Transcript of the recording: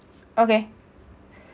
okay